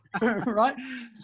right